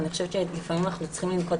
אני חושבת שלפעמים אנחנו צריכים לנקוט